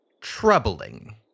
troubling